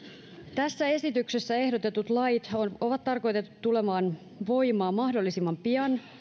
tässä esityksessä ehdotetut lait on tarkoitettu tulemaan voimaan mahdollisimman pian